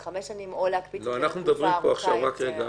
של חמש שנים, או להקפיץ את זה לתקופה ארוכה יותר.